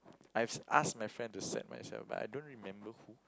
I asked my friend to set myself but I don't remember who